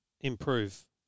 improve